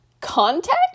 context